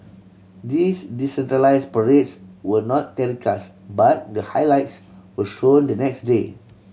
these decentralise parades were not telecast but the highlights were shown the next day